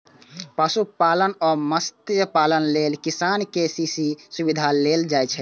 पशुपालन आ मत्स्यपालन लेल किसान कें के.सी.सी सुविधा देल जाइ छै